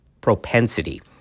propensity